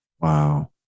Wow